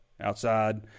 outside